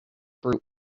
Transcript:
brute